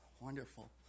wonderful